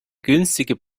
günstige